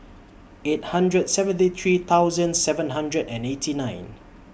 eight hundred and seventy three thousand seven hundred and eighty nine